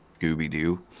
Gooby-Doo